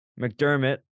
McDermott